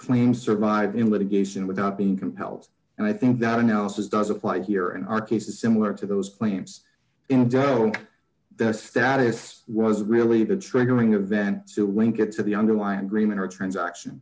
claim survive in litigation without being compelled and i think that analysis does apply here in our cases similar to those planes into their status was really the triggering event to when you get to the underlying agreement or transaction